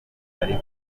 ariko